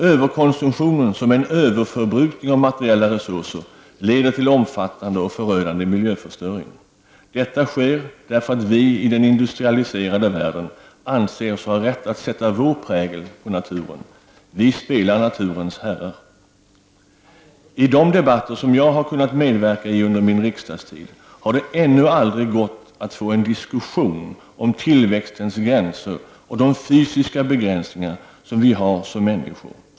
Överkonsumtionen, som är en överförbrukning av materiella resurser, leder till omfattande och förödande miljöförstöring. Detta sker därför att vi i den industrialiserade världen anser oss ha rätt att sätta vår prägel på naturen. Vi spelar naturens herrar. I de debatter som jag har kunnat medverka i under min riksdagstid har det ännu aldrig gått att få till stånd en diskussion om tillväxtens gränser och de fysiska begränsningar som vi har som människor.